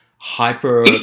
hyper